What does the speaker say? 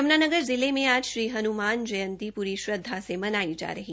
यमुनानगर जिले में आज श्री हनुमान जयंती पूरी श्रद्वा से मनाई गई